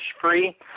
free